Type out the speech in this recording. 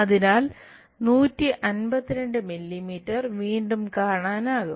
അതിനാൽ 152 മില്ലീമീറ്റർ വീണ്ടും കാണാനാകും